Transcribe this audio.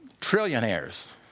trillionaires